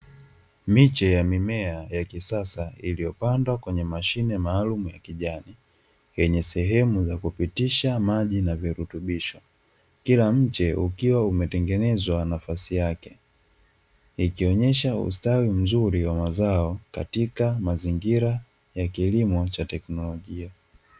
Miche ya mimea ya kisasa iliyopandwa kwenye mashine maalumu ya kijani, yenye sehemu ya kupitisha maji na virutubisho. Kila mche ukiwa umetengenezwa nafasi yake, ikionyesha ustawi mzuri wa mazao katika mazingira ya kilimo cha teknolojia.